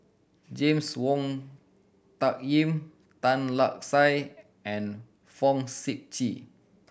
James Wong Tuck Yim Tan Lark Sye and Fong Sip Chee